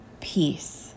peace